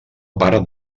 part